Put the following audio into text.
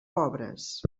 pobres